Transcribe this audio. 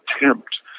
attempt